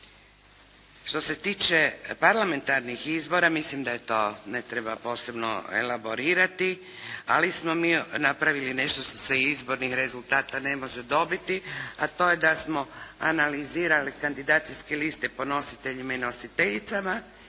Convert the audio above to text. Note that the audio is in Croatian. Što se tiče parlamentarnih izbora mislim da to ne treba posebno elaborirati. Ali smo mi napravili nešto što se iz izbornih rezultata ne može dobiti, a to je da smo analizirali kandidacijske liste po nositeljima i nositeljicama